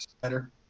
better